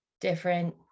different